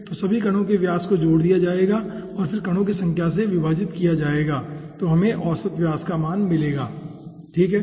तो सभी कणों के व्यासों को जोड़ दिया जाएगा और फिर कणों की संख्या से विभाजित किया जाएगा तो हमें औसत व्यास का मान मिलेगा सही है